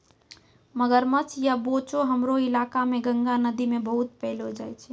मगरमच्छ या बोचो हमरो इलाका मॅ गंगा नदी मॅ बहुत पैलो जाय छै